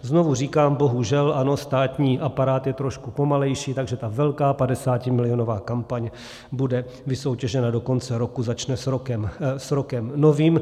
Znovu říkám, bohužel, ano, státní aparát je trošku pomalejší, takže ta velká padesátimilionová kampaň bude vysoutěžena do konce roku, začne s rokem novým.